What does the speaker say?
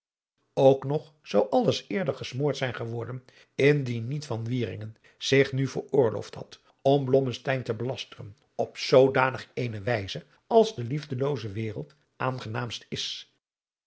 ook nog zou alles eerder gesmoord zijn geworden indien niet van wieringen zich nu veroorloofd had om blommesteyn te belasteren op zoodanig eene wijze als de liefdelooze wereld aangenaamst is